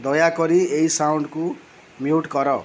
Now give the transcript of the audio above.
ଦୟାକରି ଏଇ ସାଉଣ୍ଡ୍କୁ ମ୍ୟୁଟ୍ କର